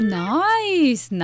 nice